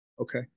Okay